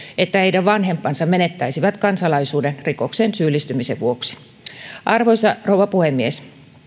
että heidän vanhempansa menettäisivät kansalaisuuden rikokseen syyllistymisen vuoksi arvoisa rouva puhemies